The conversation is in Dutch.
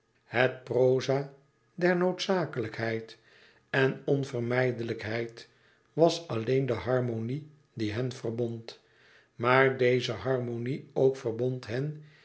het proza der noodzakelijkheid en onvermijdelijkheid was alleen de harmonie die hen verbond maar deze harmonie ook verbond hen